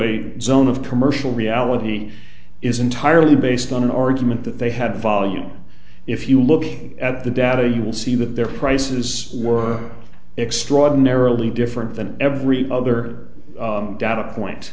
a zone of commercial reality is entirely based on an argument that they had value if you look at the data you will see that their prices were extraordinarily different than every other data point